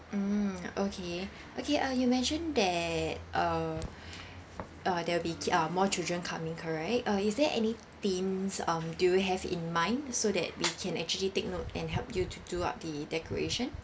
mm okay okay uh you mentioned that err uh there will be kid ah more children coming correct uh is there any themes um do you have in mind so that we can actually take note and help you to do up the decoration